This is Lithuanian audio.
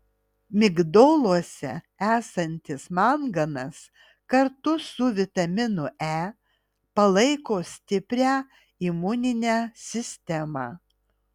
migdoluose esantis manganas kartu su vitaminu e palaiko stiprią imuninę sistemą